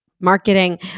marketing